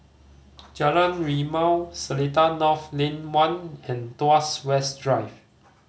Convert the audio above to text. Jalan Rimau Seletar North Lane One and Tuas West Drive